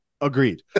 Agreed